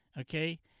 Okay